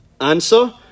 Answer